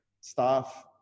Staff